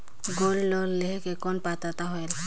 Gold loan लेहे के कौन पात्रता होएल?